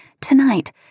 Tonight